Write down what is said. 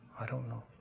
i don't know.